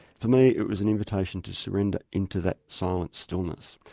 to me it was an invitation to surrender into that silent stillness.